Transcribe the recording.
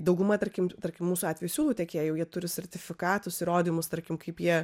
dauguma tarkim tarkim mūsų atveju siūlų tiekėjų jie turi sertifikatus įrodymus tarkim kaip jie